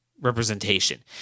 representation